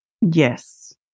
yes